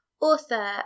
author